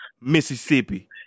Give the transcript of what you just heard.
Mississippi